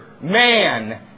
man